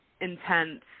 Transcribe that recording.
intense